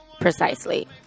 Precisely